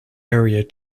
area